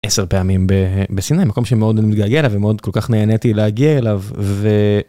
10 פעמים בסיני מקום שמאוד אני מתגעגע אליו ומאוד כל כך נהניתי להגיע אליו ו..